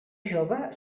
jove